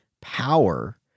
power